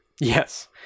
Yes